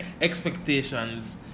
expectations